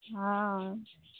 हँ हंँ